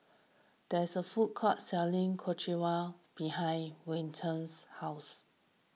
there is a food court selling Ochazuke behind Wenzel's house